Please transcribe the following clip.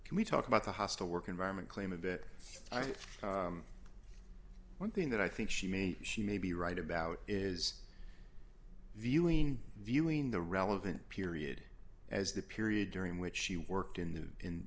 can we talk about the hostile work environment claim of it i think one thing that i think she may she may be right about is viewing viewing the relevant period as the period during which she worked in the